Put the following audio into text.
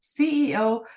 CEO